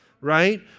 right